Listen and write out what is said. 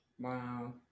Wow